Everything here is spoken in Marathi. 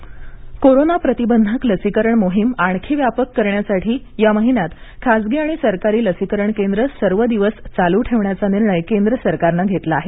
लसीकरण कोरोना प्रतिबंधक लसीकरण मोहीम आणखी व्यापक करण्यासाठी या महिन्यात खाजगी आणि सरकारी लसीकरण केंद्र सर्व दिवस चालू ठेवण्याचा निर्णय केंद्र सरकारनं घेतला आहे